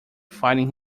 finding